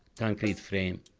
concrete frame,